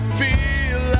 feel